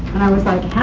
i was like,